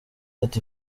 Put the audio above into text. ati